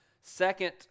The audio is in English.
second